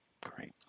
great